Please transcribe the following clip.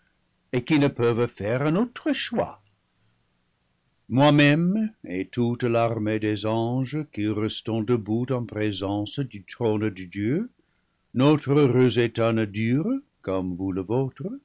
et qui ne peuvent faire un autre choix moi-même et toute l'armée des anges qui restons debout en présence du trône de dieu notre heureux état ne dure comme